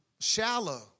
shallow